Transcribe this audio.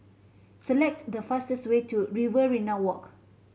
select the fastest way to Riverina Walk